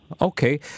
Okay